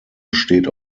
besteht